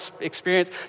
experience